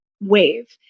Wave